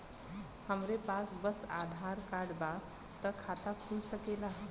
हमरे पास बस आधार कार्ड बा त खाता खुल सकेला?